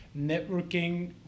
networking